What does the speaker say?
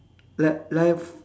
like like f~